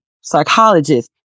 psychologist